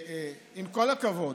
עם כל הכבוד,